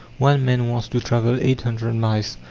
one man wants to travel eight hundred miles,